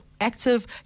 active